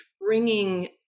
bringing